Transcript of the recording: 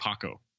paco